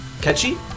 catchy